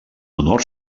honor